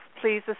please